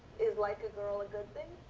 is like a girl a good thing?